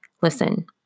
Listen